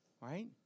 Right